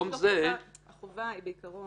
אני צריך לבדוק את הכול ולעשות את כל העבודה,